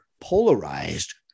polarized